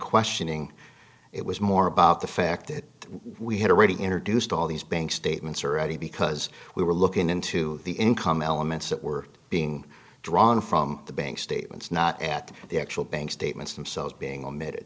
questioning it was more about the fact that we had already introduced all these bank statements are ready because we were looking into the income elements that were being drawn from the bank statements not at the actual bank statements themselves being omitted